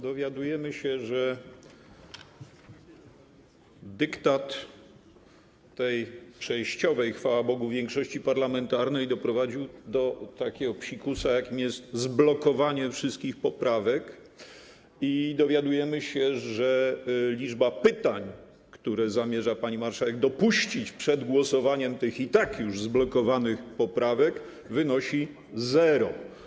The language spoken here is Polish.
Dowiadujemy się, że dyktat tej przejściowej, chwała Bogu, większości parlamentarnej doprowadził do takiego psikusa, jakim jest zblokowanie wszystkich poprawek, i dowiadujemy się, że liczba pytań, które zamierza pani marszałek dopuścić przed głosowaniem nad tymi i tak już zblokowanymi poprawkami, wynosi zero.